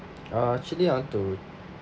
uh actually I want to